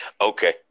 Okay